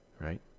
Right